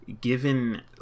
Given